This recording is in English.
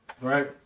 Right